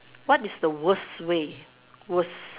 what is the worst way worst